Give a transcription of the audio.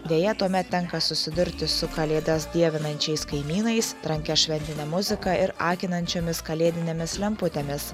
deja tuomet tenka susidurti su kalėdas dievinančiais kaimynais trankia šventine muzika ir akinančiomis kalėdinėmis lemputėmis